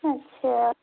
अच्छा